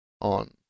on